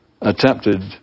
attempted